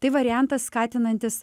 tai variantas skatinantis